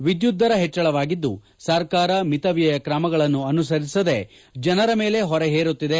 ವಿದ್ಯುತ್ ದರ ಹೆಚ್ಚಳವಾಗಿದ್ದು ಸರ್ಕಾರ ಮಿತವ್ಯಯ ತ್ರಮಗಳನ್ನು ಅಮಸರಿಸದೆ ಜನರ ಮೇಲೆ ಹೊರೆ ಹೇರುತ್ತಿದೆ